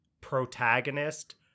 protagonist